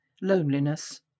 loneliness